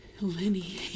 Lenny